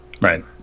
Right